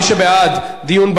זה היה דיון במליאה.